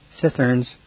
citherns